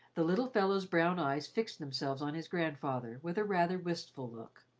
the little fellow's brown eyes fixed themselves on his grandfather with a rather wistful look.